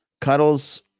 Cuddles